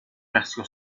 nació